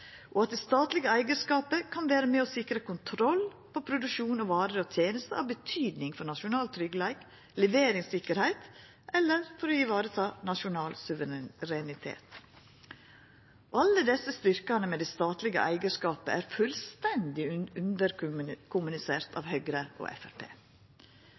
og at det statlege eigarskapet kan vera med og sikra kontroll over produksjon, varer og tenester av betydning for nasjonal tryggleik, leveringstryggleik eller for å vareta nasjonal suverenitet. Alle desse styrkane ved det statlege eigarskapet er fullstendig